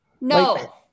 No